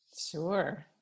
Sure